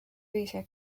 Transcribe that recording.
rita